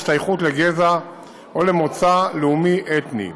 השתייכות לגזע או למוצא לאומי-אתני".